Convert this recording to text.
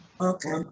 Okay